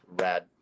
rad